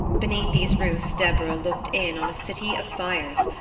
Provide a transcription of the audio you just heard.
beneath these roofs deborah looked in on a city of fires,